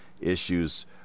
issues